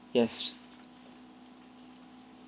yes